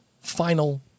final